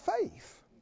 faith